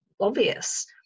obvious